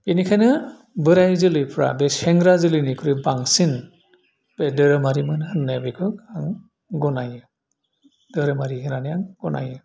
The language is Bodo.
बेनिखायनो बोराइ जोलैफ्रा बे सेंग्रा जोलैनिख्रुइ बांसिन बे धोरोमारिमोन होननाय बेखौ उम गनायो धोरोमारि होनानै आं गनायो